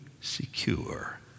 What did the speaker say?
secure